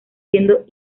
siendo